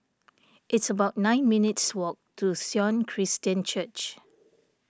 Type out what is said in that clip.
it's about nine minutes' walk to Sion Christian Church